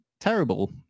terrible